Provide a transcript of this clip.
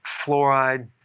fluoride